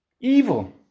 evil